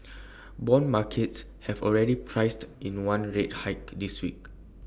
Bond markets have already priced in one rate hike this week